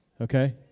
Okay